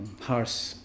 harsh